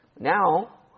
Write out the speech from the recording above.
Now